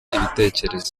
ibitekerezo